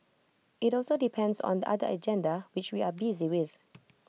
IT also depends on other agenda which we are busy with